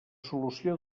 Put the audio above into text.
solució